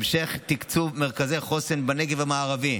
המשך תקצוב מרכזי חוסן בנגב המערבי,